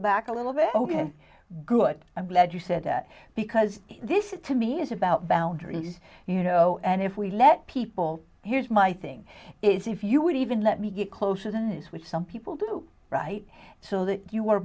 back a little bit ok good i'm glad you said that because this to me is about boundaries you know and if we let people here's my thing is if you would even let me get closer than is which some people do right so that you were